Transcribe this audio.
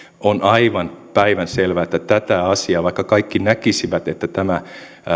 on aivan päivänselvää että tätä asiaa vaikka kaikki näkisivät että tämä